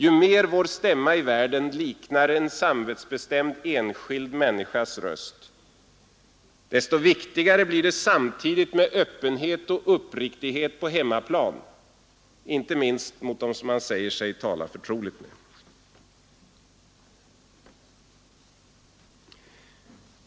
Ju mer vår stämma i världen liknar en samvetsbestämd enskild människas röst, desto viktigare blir det samtidigt med öppenhet och uppriktighet på hemmaplan, inte minst mot dem som man säger sig tala förtroligt med.